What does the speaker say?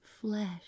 flesh